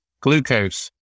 glucose